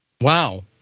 Wow